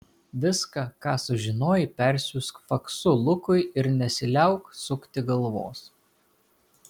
viską ką sužinojai persiųsk faksu lukui ir nesiliauk sukti galvos